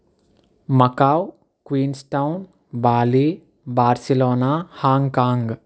Macau Queenstown Bali Barcelona Hong Kong